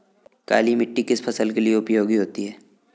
काली मिट्टी किस फसल के लिए उपयोगी होती है?